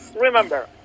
remember